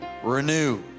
renew